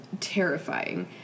terrifying